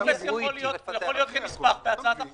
הטופס יכול להיות כנספח להצעת החוק.